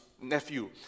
nephew